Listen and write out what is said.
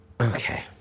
Okay